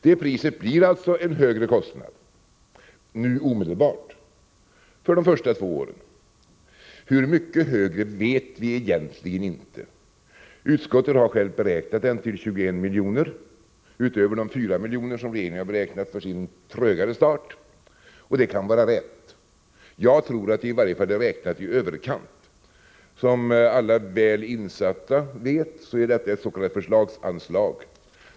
Det priset blir en högre kostnad nu omedelbart för de första två åren. Hur mycket högre vet vi egentligen inte. Utskottet har självt beräknat den till 21 miljoner utöver de 4 miljoner som regeringen beräknat för sin trögare start. Det kan vara rätt. Jag tror emellertid att det är räknat i överkant. Som alla väl insatta vet är detta ett s.k. förslagsanslag.